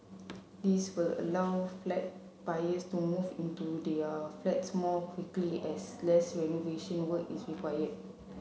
this will allow flat buyers to move into their flats more quickly as less renovation work is required